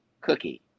cookie